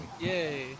Yay